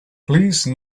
please